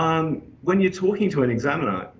um when you're talking to an examiner,